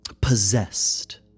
possessed